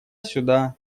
сюда